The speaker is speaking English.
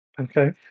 Okay